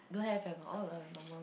don't have eh all along is normal